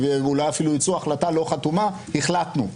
אולי אפילו יצאו בהחלטה לא חתומה החלטנו.